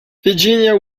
virginia